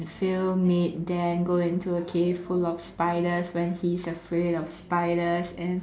Phil made Dan go into a cave full of spiders when he's afraid of spiders and